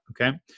okay